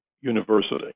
University